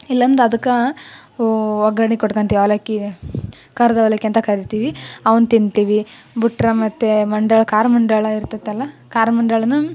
ಇಲ್ಲಾಂದ್ರೆ ಅದಕ್ಕೆ ಒಗ್ಗರ್ಣೆ ಕೊಟ್ಕೊಂತಿವ್ ಅವಲಕ್ಕಿಗೆ ಕರಿದ ಅವಲಕ್ಕಿ ಅಂತ ಕರಿತೀವಿ ಅವ್ನ ತಿಂತೀವಿ ಬಿಟ್ರೆ ಮತ್ತೆ ಮಂಡಾಳ ಖಾರ ಮಂಡಾಳ ಇರ್ತದಲ್ಲ ಖಾರದ್ ಮಂಡಾಳನೂ